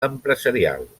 empresarial